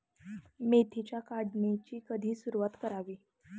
मेथीच्या काढणीची कधी सुरूवात करावी?